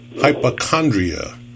hypochondria